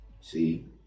see